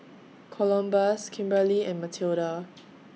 Columbus Kimberli and Matilda